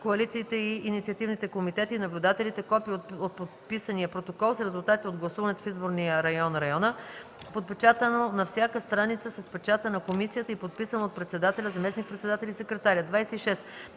коалициите и инициативните комитети и наблюдателите копие от подписания протокол с резултатите от гласуването в изборния район (района), подпечатано на всяка страница с печата на комисията и подписано от председателя, заместник-председателя и секретаря;